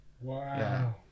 wow